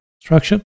structure